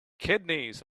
kidneys